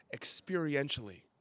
experientially